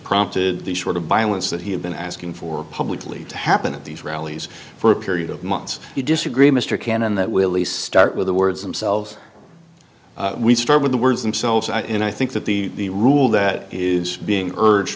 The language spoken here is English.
prompted the sort of violence that he had been asking for publicly to happen at these rallies for a period of months you disagree mr cannon that will least start with the words themselves we start with the words themselves and i think that the rule that is being urge